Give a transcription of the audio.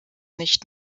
nicht